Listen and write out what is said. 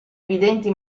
evidenti